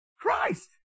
Christ